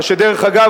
מה שדרך אגב,